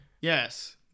yes